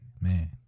man